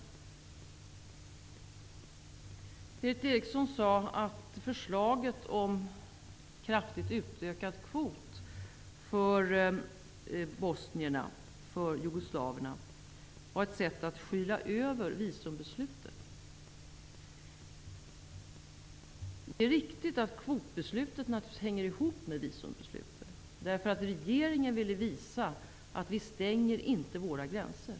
Berith Eriksson sade att förslaget om en kraftigt utökad flyktingkvot för f.d. jugoslaver var ett sätt att skyla över visumbeslutet. Det är riktigt att kvotbeslutet hänger ihop med visumbeslutet. Regeringen vill visa att Sverige inte stänger sina gränser.